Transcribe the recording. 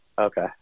Okay